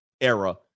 era